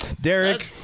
Derek